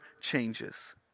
changes